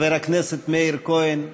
חבר הכנסת מאיר כהן,